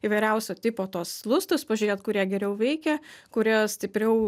įvairiausio tipo tuos lustus pažiūrėt kurie geriau veikia kurie stipriau